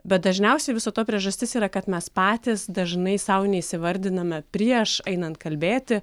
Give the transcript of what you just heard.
bet dažniausiai viso to priežastis yra kad mes patys dažnai sau neįsivardiname prieš einant kalbėti